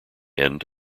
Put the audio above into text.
end